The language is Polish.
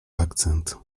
akcent